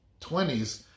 20s